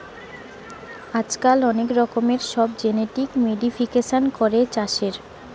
আজকাল অনেক রকমের সব জেনেটিক মোডিফিকেশান করে চাষের